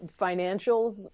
financials